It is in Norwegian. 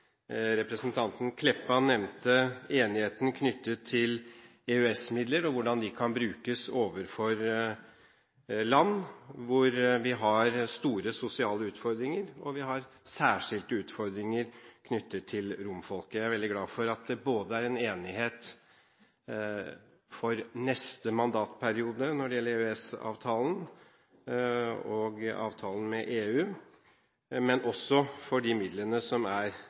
Representanten Meltveit Kleppa nevnte enigheten knyttet til EØS-midler og hvordan de kan brukes overfor land hvor det er store sosiale utfordringer – og vi har særskilte utfordringer knyttet til romfolket. Jeg er veldig glad for at det er enighet for neste mandatperioden når det gjelder EØS-avtalen og avtale med EU, men også når det gjelder de midlene som er